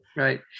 Right